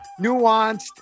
nuanced